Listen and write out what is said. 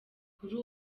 kuri